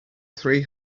three